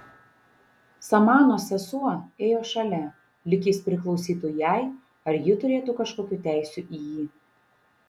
samanos sesuo ėjo šalia lyg jis priklausytų jai ar ji turėtų kažkokių teisių į jį